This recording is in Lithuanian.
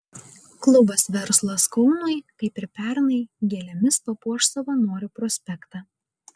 klubas verslas kaunui kaip ir pernai gėlėmis papuoš savanorių prospektą